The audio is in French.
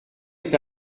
est